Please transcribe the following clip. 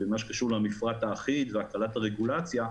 במה שקשור למפרט האחיד ולהקלת הרגולציה.